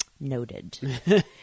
noted